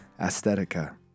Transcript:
Aesthetica